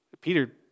Peter